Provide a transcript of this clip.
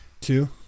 two